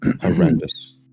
horrendous